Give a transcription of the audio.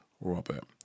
Robert